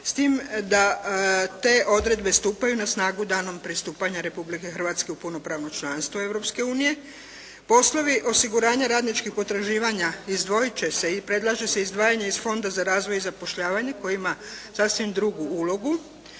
s tim da te odredbe stupaju na snagu danom pristupanja Republike Hrvatske u punopravno članstvo Europske unije. Poslovi osiguranja radničkih potraživanja izdvojit će se i predlaže se iz Fonda za razvoj i zapošljavanje koji ima sasvim drugu ulogu,